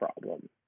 problem